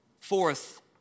Fourth